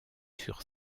sur